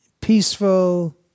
peaceful